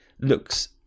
looks